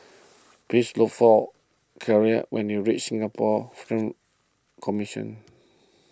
please look for Kyleigh when you reach Singapore Film Commission